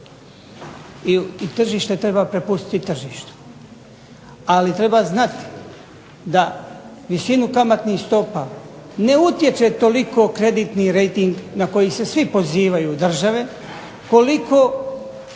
I tržište treba prepustiti tržištu, ali treba znati da visinu kamatnih stopa ne utječe toliko kreditni rejting na koji se svi pozivaju države, koliko